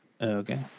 Okay